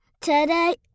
Today